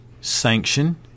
Sanction